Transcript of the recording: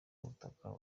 butaka